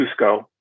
Cusco